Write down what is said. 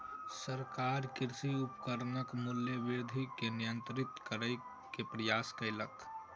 सरकार कृषि उपकरणक मूल्य वृद्धि के नियंत्रित करै के प्रयास कयलक